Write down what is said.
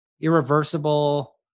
Irreversible